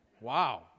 Wow